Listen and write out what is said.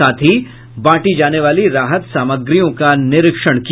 साथ ही बांटे जाने वाली राहत सामग्रियों का निरीक्षण किया